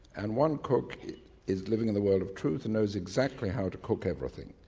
and one cook is living in the world of truth and knows exactly how to cook everything.